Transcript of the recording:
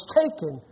taken